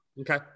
Okay